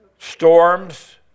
Storms